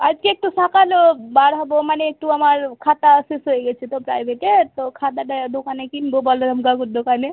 আজকে একটু ফাঁকা বার হবো মানে একটু আমার খাতা শেষ হয়ে গেছে তো প্রাইভেটের তো খাতাটা দোকানে কিনবো বলরাম কাকুর দোকানে